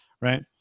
Right